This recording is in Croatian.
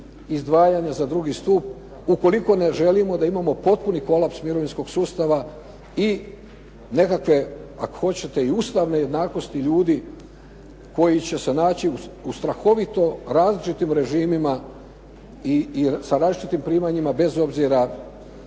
izdvajanja za II. stup ukoliko ne želimo da imamo potpuni kolaps mirovinskog sustava i nekakve, ako hoćete, i Ustavne jednakosti ljudi koji će se naći u strahovito različitim režimima i sa različitim primanjima bez obzira